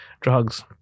drugs